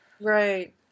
Right